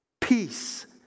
peace